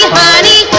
honey